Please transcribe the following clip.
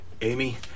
Amy